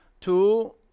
Two